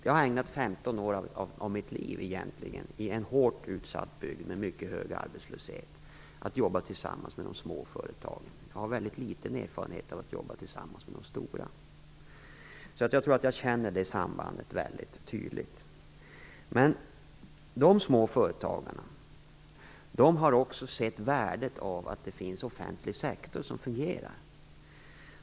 Jag har ägnat 15 år av mitt liv åt att i en hårt utsatt bygd med mycket hög arbetslöshet jobba tillsammans med de små företagen. Jag har väldigt liten erfarenhet av att jobba tillsammans med de stora. Jag tror alltså att jag mycket tydligt känner det här sambandet. Men de små företagarna har också sett värdet av att det finns en offentlig sektor som fungerar.